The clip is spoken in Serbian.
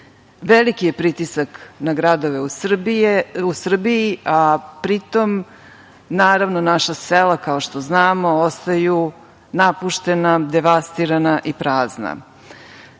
je pritisak na gradove u Srbiji, a pri tome, naravno, naša sela, kao što znamo, ostaju napuštena, devastirana i prazna. Odlična